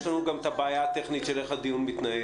יש לנו גם את הבעיה הטכנית של איך הדיון מתנהל.